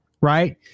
Right